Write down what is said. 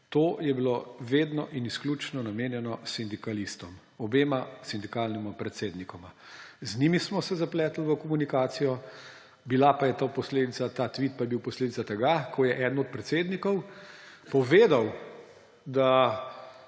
To je bilo vedno in izključno namenjeno sindikalistom, obema sindikalnima predsednikoma. Z njima smo se zapletli v komunikacijo, ta tvit pa je bil posledica tega, ko je eden od predsednikov sindikata